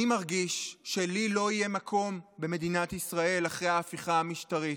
אני מרגיש שלי לא יהיה מקום במדינת ישראל אחרי ההפיכה המשטרית.